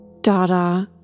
Dada